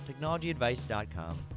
technologyadvice.com